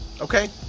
Okay